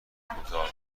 کوتاه